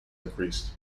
increased